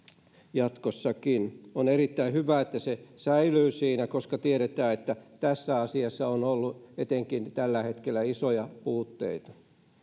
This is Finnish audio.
jatkossakin on erittäin hyvä että se säilyy siinä koska tiedetään että etenkin tässä asiassa on ollut tällä hetkellä isoja puutteita